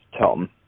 Tom